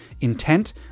intent